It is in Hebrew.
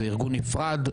שזה ארגון נפרד,